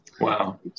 Wow